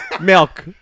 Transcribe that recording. Milk